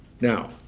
Now